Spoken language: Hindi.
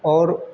और